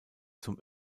zum